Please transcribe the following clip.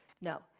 No